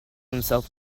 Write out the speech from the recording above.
himself